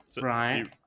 Right